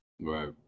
Right